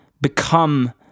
become